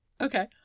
okay